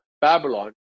Babylon